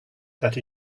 that